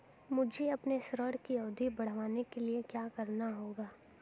मुझे अपने ऋण की अवधि बढ़वाने के लिए क्या करना होगा?